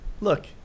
Look